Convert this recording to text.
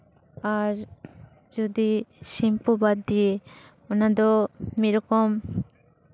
ᱟᱨ ᱡᱚᱫᱤ ᱥᱮᱢᱯᱩ ᱵᱟᱫᱽ ᱫᱤᱭᱮ ᱚᱱᱟ ᱫᱚ ᱢᱤᱫ ᱨᱚᱠᱚᱢ